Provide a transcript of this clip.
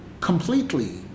completely